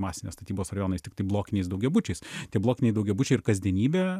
masinės statybos rajonais tiktai blokiniais daugiabučiais tai blokiniai daugiabučiai ir kasdienybė